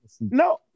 No